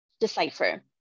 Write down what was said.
decipher